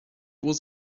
was